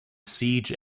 siege